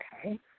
Okay